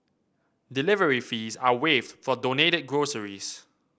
delivery fees are waived for donated groceries